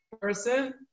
Person